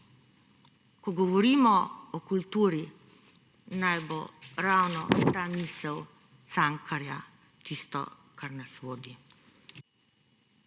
Ko govorimo o kulturi, naj bo ravno ta misel Cankarja tisto, kar nas vodi.